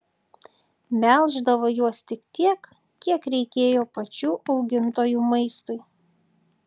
melždavo juos tik tiek kiek reikėjo pačių augintojų maistui